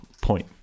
point